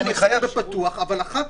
פתוח.